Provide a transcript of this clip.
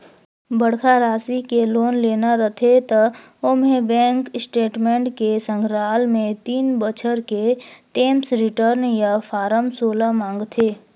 बड़खा रासि के लोन लेना रथे त ओम्हें बेंक स्टेटमेंट के संघराल मे तीन बछर के टेम्स रिर्टन य फारम सोला मांगथे